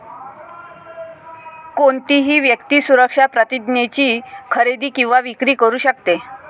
कोणतीही व्यक्ती सुरक्षा प्रतिज्ञेची खरेदी किंवा विक्री करू शकते